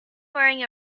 wearing